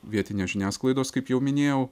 vietinės žiniasklaidos kaip jau minėjau